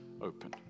open